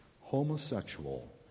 homosexual